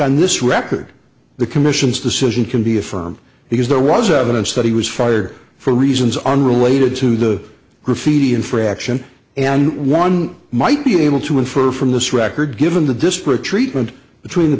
on this record the commission's decision can be affirmed because there was evidence that he was fired for reasons unrelated to the graffiti infraction and one might be able to infer from this record given the disparate treatment between the